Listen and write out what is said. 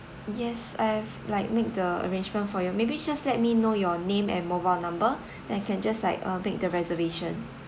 yes I've like make the arrangement for you maybe just let me know your name and mobile number then I can just like uh make the reservation